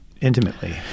intimately